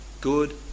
Good